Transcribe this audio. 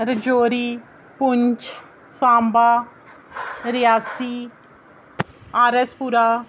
Rajouri Poonch Samba Reasi R S पुरा